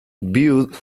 viewed